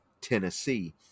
Tennessee